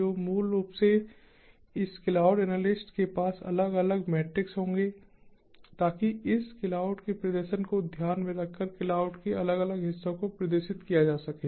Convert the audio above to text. तो मूल रूप से इस क्लाउड एनालिस्ट के पास अलग अलग मेट्रिक्स होंगे ताकि इस क्लाउड के प्रदर्शन को ध्यान में रख कर क्लाउड के अलग अलग हिस्सों को प्रदर्शित किया जा सके